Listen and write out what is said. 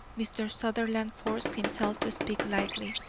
mr. sutherland forced himself to speak lightly.